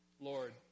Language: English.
Lord